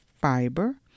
fiber